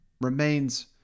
remains